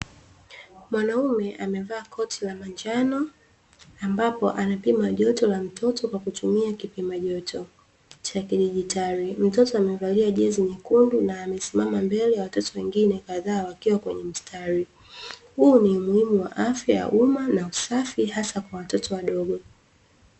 Mwanaume amevaa koti la manjano ambapo anapima joto la mtoto kwa kutumia kipima joto cha kidijitali. Mtoto amevalia jezi nyekundu na amesimama mbele ya watoto wengine kadhaa wakiwa kwenye mstari. Huu ni umuhimu wa afya ya uma na usafi hasa kwa watoto wadogo.